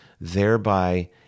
thereby